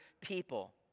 people